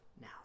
now